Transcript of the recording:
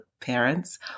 parents